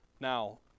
Now